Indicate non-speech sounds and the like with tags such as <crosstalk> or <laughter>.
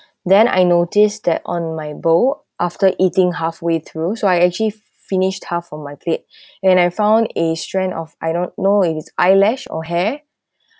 then I notice that on my bowl after eating halfway through so I actually finished half of my plate <breath> and I found a strain of I don't know it's eyelash or hair <breath>